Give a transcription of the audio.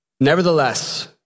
Nevertheless